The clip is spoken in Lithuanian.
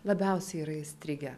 labiausiai yra įstrigę